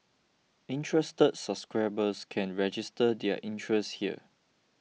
interested subscribers can register their interest here